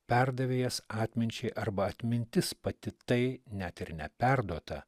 perdavė jas atminčiai arba atmintis pati tai net ir neperduota